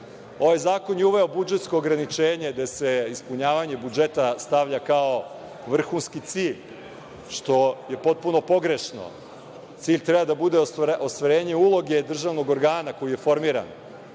Ovaj zakon je uveo budžetsko ograničenje gde se ispunjavanje budžeta stavlja kao vrhunski cilj, što je potpuno pogrešno. Cilj treba da bude ostvarenje uloge državnog organa koji je formiran